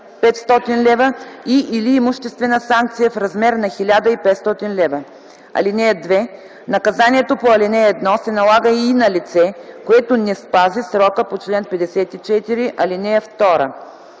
500 лв. и/или имуществена санкция в размер на 1500 лв. (2) Наказанието по ал. 1 се налага и на лице, което не спази срока по чл. 54, ал. 2.